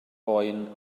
boen